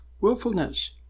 willfulness